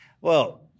Well-